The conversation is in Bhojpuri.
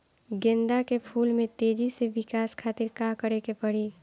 गेंदा के फूल में तेजी से विकास खातिर का करे के पड़ी?